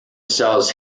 sells